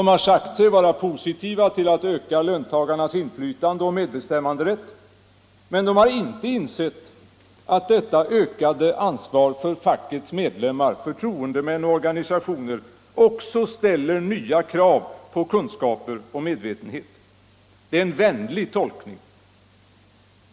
De har sagt sig vara positiva till att öka löntagarnas inflytande löl och medbestämmanderätt, men de har inte insett att detta ökade ansvar — Vuxenutbildningen, för fackets medlemmar, förtroendemän och organisationer också ställer — m.m. nya krav på kunskaper och medvetenhet. Det är en vänlig tolkning.